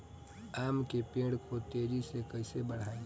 आम के पेड़ को तेजी से कईसे बढ़ाई?